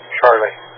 Charlie